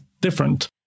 different